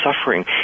suffering